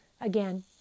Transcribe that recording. Again